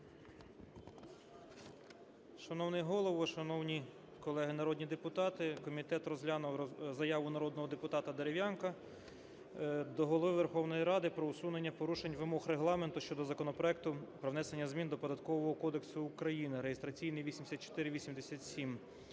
Шановний Голово, шановні колеги народні депутати! Комітет розглянув заяву народного депутата Дерев'янка до Голови Верховної Ради про усунення порушень вимог Регламенту щодо законопроекту про внесення змін до Податкового кодексу України (реєстраційний 8487)